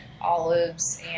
olives